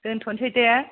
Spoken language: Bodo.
दोन्थ'नोसै दे